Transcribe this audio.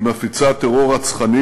היא מפיצה טרור רצחני,